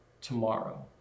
tomorrow